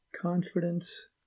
confidence